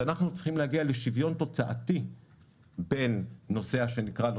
שאנחנו צריכים להגיע לשוויון תוצאתי בין נוסע שנקרא לו